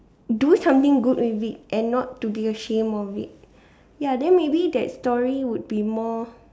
do something good with it and not to be ashamed of it ya then maybe that story would be more